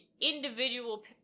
individual